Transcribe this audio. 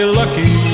lucky